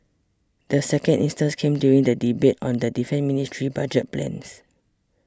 the second instance came during the debate on the Defence Ministry's budget plans